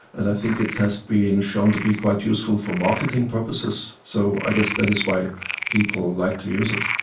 and i think it has been shown to be quite useful for marketing purposes. so i guess that is why people like to use it.